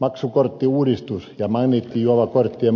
maksukorttiuudistus ja magneettijuovakorttien